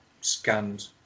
scanned